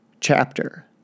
chapter